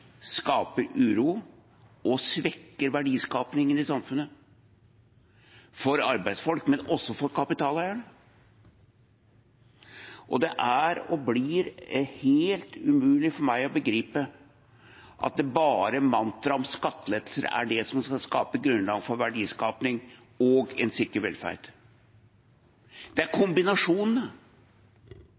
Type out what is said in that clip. skaper uro og svekker verdiskapingen i samfunnet – for arbeidsfolk, men også for kapitaleierne. Det er og blir helt umulig for meg å begripe at mantraet om skattelettelser er det som skal skape grunnlag for verdiskaping og en sikker velferd. Det er kombinasjonene.